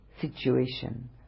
situation